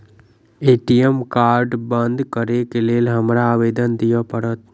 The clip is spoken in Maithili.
ए.टी.एम कार्ड बंद करैक लेल हमरा आवेदन दिय पड़त?